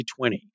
2020